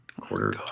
quarter